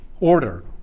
order